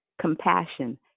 compassion